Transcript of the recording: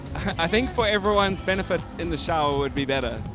i think for everyone's benefit, in the shower would be better.